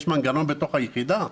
יש מנגנון בתוך היחידה?